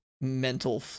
mental